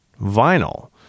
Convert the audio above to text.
vinyl